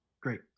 Great